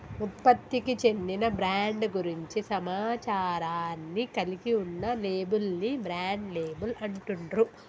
ఉత్పత్తికి చెందిన బ్రాండ్ గురించి సమాచారాన్ని కలిగి ఉన్న లేబుల్ ని బ్రాండ్ లేబుల్ అంటుండ్రు